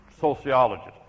sociologist